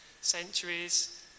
centuries